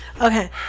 Okay